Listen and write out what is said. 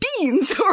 beans